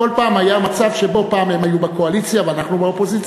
כל פעם היה מצב שבו פעם הם היו בקואליציה ואנחנו באופוזיציה,